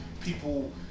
people